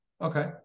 Okay